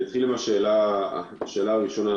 אני אתחיל בשאלה הראשונה.